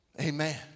amen